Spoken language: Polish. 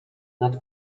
nad